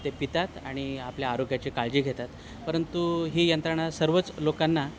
ते पितात आणि आपल्या आरोग्याची काळजी घेतात परंतु ही यंत्रणा सर्वच लोकांना